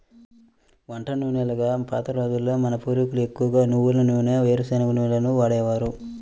వంట నూనెలుగా పాత రోజుల్లో మన పూర్వీకులు ఎక్కువగా నువ్వుల నూనె, వేరుశనగ నూనెలనే వాడేవారు